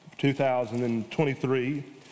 2023